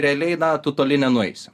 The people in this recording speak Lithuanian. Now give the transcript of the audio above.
realiai na tu toli nenueisi